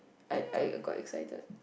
I I got excited